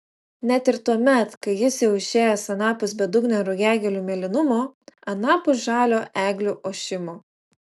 net ir tuomet kai jis jau išėjęs anapus bedugnio rugiagėlių mėlynumo anapus žalio eglių ošimo